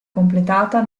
completata